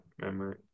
memory